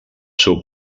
seu